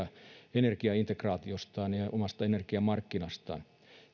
energiaintegraatiostaan ja ja omasta energiamarkkinastaan